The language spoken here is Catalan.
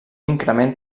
increment